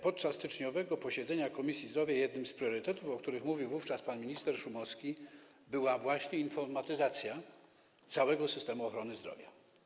Podczas styczniowego posiedzenia Komisji Zdrowia jednym z priorytetów, o których mówił wówczas pan minister Szumowski, była właśnie informatyzacja całego systemu ochrony zdrowia.